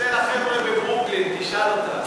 צלצל לחבר'ה מברוקלין, תשאל אותם.